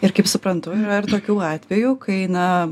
ir kaip suprantu yra ir tokių atvejų kai na